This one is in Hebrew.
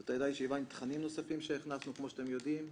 זאת הייתה ישיבה עם תכנים נוספים שהכנסנו כמו שאתם יודעים.